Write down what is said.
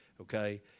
okay